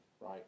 right